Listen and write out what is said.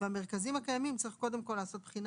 ובמרכזים הקיימים צריך קודם כול לעשות בחינה